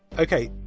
ok,